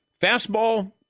Fastball